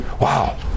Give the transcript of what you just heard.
Wow